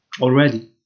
already